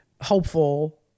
hopeful